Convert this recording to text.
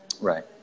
Right